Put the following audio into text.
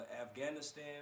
Afghanistan